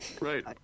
Right